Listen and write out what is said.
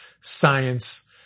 science